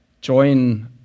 join